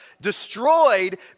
destroyed